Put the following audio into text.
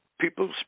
people